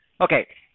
Okay